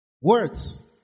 Words